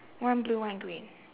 one blue one green